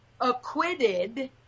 acquitted